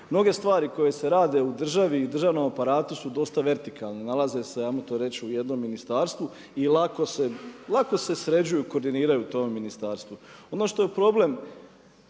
Mnoge stvari koje se rade u državi i državnom aparatu su dosta vertikalne. Nalaze se hajmo to reći u jednom ministarstvu i lako se, lako se sređuju, koordiniraju u tom ministarstvu. Ono što je problem